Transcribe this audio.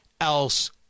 else